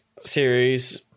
series